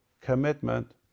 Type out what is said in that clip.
commitment